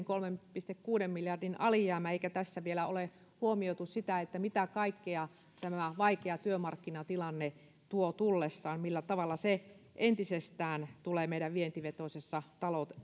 kolmen pilkku kuuden miljardin alijäämä vuonna kaksikymmentäkolme eikä tässä vielä ole huomioitu sitä mitä kaikkea tämä vaikea työmarkkinatilanne tuo tullessaan millä tavalla se entisestään tulee meidän vientivetoisessa